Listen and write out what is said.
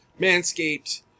Manscaped